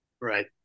right